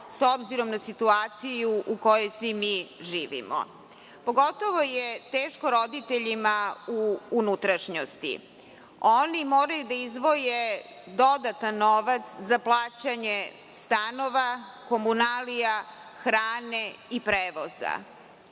s obzirom na situaciju u kojoj svi mi živimo. Pogotovo je teško roditeljima u unutrašnjosti. Oni moraju da izdvoje dodatan novac za plaćanje stanova, komunalija, hrane i prevoza.